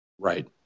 right